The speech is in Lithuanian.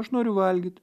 aš noriu valgyt